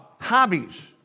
Hobbies